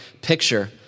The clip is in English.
picture